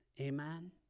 Amen